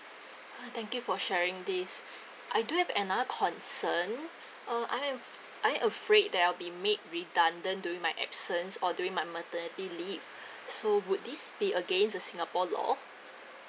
ah thank you for sharing this I do have another concern uh I am I afraid that I'll be made redundant during my absence or during my maternity leave so would this be against the singapore law